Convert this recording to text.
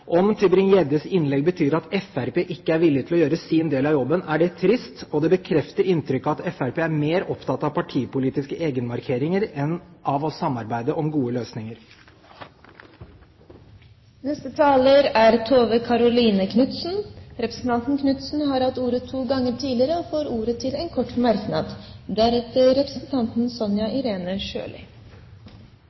ikke er villig til å gjøre sin del av jobben, er det trist, og det bekrefter inntrykket av at Fremskrittspartiet er mer opptatt av partipolitiske egenmarkeringer enn av å samarbeide om gode løsninger. Representanten Tove Karoline Knutsen har hatt ordet to ganger tidligere og får ordet til en kort merknad. En veldig kort kommentar til representanten Sjøli,